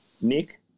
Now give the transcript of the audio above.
Nick